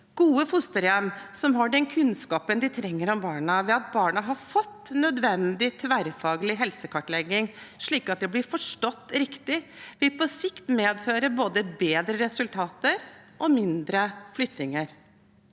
Gode fosterhjem som har den kunnskapen de trenger om barna, ved at barna har fått nødvendig tverrfaglig helsekartlegging slik at de blir forstått riktig, vil på sikt medføre både bedre resultater og mindre flyttinger.